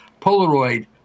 Polaroid